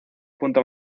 punto